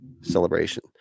celebration